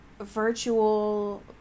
virtual